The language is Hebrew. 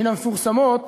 מן המפורסמות